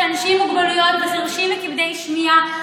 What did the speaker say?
שאנשים עם מוגבלויות וחירשים וכבדי שמיעה